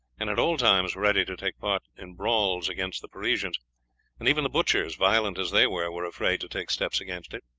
and at all times ready to take part in brawls against the parisians and even the butchers, violent as they were, were afraid to take steps against it.